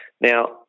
Now